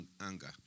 anger